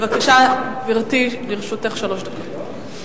גברתי, בבקשה, לרשותך שלוש דקות.